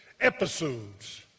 episodes